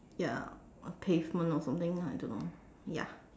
ya a pavement or something I don't know ya